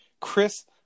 Chris